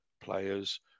players